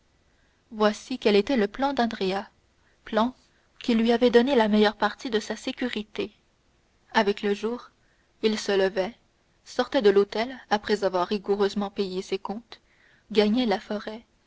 voici quel était le plan d'andrea plan qui lui avait donné la meilleure partie de sa sécurité avec le jour il se levait sortait de l'hôtel après avoir rigoureusement payé ses comptes gagnait la forêt